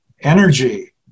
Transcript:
energy